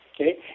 okay